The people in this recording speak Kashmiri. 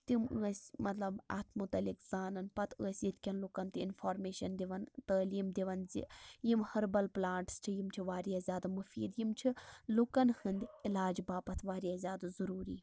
تِم ٲسۍ مطلب اَتھ مُتعلِق زانان پَتہٕ ٲسۍ ییٚتہِ کٮ۪ن لُکَن تہِ اِنفارمیشَن دِوان تٮعلیٖم دِوان زِ یِم ۂربَل پٔلانٹٕس چھِ یِم چھِ واریاہ زیادٕ مُفیٖد یِم چھِ لُکَن ہٕندۍ علاج باپَتھ واریاہ زیادٕ ضروٗری